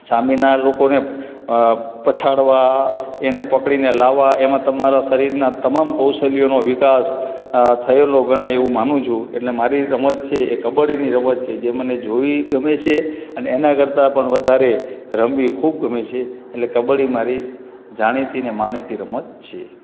સામેના લોકોને પછાડવા એને પકડીને લાવવા એમાં તમારા શરીરનાં બધા કૌશલ્યોનો વિકાસ થયેલો ગણાય એવું માનું છું એટલે મારી રમત છે એ કબડ્ડીની રમત છે જે મને જોવી ગમે છે અને એના કરતાં પણ વધારે રમવી ખૂબ ગમે છે એટલે કબડ્ડી મારી જાણીતી અને માનીતી રમત છે